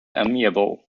amiable